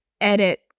edit